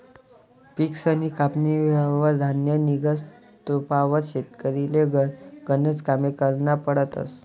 पिकसनी कापनी व्हवावर धान्य निंघस तोपावत शेतकरीले गनज कामे करना पडतस